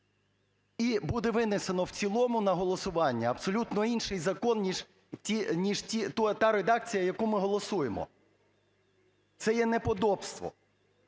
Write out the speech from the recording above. і буде винесено в цілому на голосування абсолютно інший закон ніж та редакція, яку ми голосуємо. Це є недоподобство!